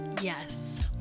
yes